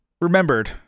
remembered